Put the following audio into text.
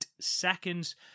seconds